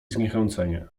zniechęcenie